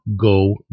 go